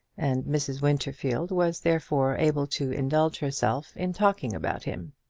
and mrs. winterfield was therefore able to indulge herself in talking about him.